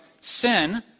sin